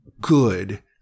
good